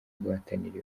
guhatanira